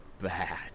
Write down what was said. bad